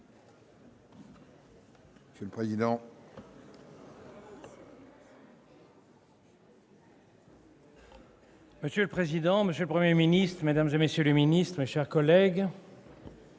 Monsieur le président, monsieur le Premier ministre, mesdames, messieurs les ministres, mes chers collègues,